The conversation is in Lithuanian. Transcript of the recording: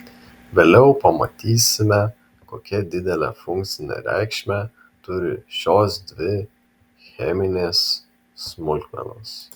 vėliau pamatysime kokią didelę funkcinę reikšmę turi šios dvi cheminės smulkmenos